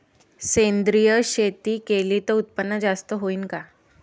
सेंद्रिय शेती केली त उत्पन्न जास्त होईन का?